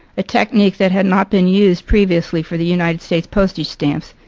a technique that had not been used previously for the united states postage stamps.